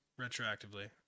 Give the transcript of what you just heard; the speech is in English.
retroactively